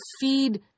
feed